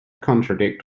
contradict